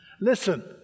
Listen